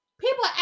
People